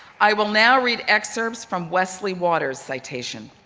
i will now read excerpts from wesley waters' citation.